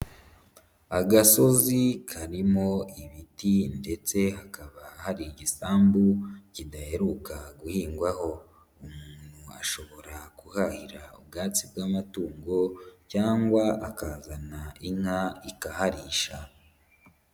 Agasozi karimo ibiti ndetse hakaba hari igisambu kidaheruka guhingwaho, umuntu ashobora kuhahira ubwatsi bw'amatungo cyangwa akazana inka ikaharisha.